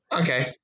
Okay